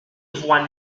voix